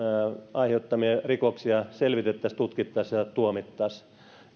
aiheuttamia rikoksia selvitettäisiin tutkittaisiin ja tuomittaisiin ja